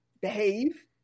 behave